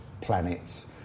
planets